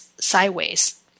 sideways